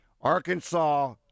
Arkansas